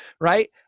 right